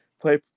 play